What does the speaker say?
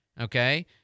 okay